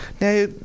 now